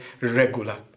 regular